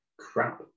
crap